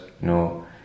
no